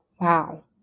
Wow